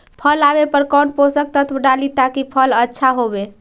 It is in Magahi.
फल आबे पर कौन पोषक तत्ब डाली ताकि फल आछा होबे?